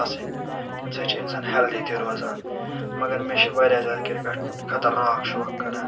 آسٕنۍ تمِ سۭتۍ چھُ انسان ہیلتھی تہِ روزان مگر مےٚ چھُ واریاہ زیادٕ کرکٹ خطرناکھ شوق کران